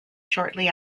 shortly